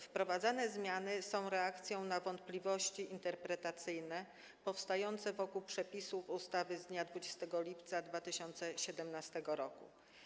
Wprowadzane zmiany są reakcją na wątpliwości interpretacyjne powstałe wokół przepisów ustawy z dnia 20 lipca 2017 r.